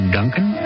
Duncan